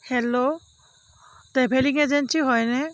hello travelling agency হয়নে